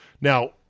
Now